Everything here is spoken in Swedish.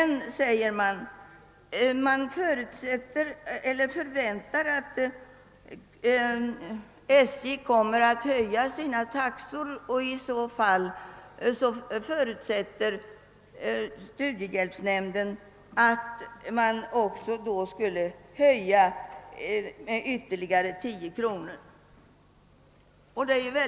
Nämnden väntar emellertid att SJ kommer att höja sina taxor, och i så fall förutsätter man att resebidraget också skall höjas med ytterligare 10 kr.